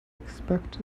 expect